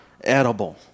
edible